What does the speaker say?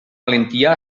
valentia